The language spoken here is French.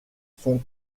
sont